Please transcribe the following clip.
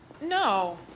No